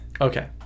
Okay